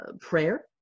prayer